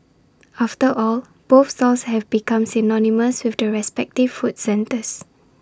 after all both stalls have become synonymous with the respective food centres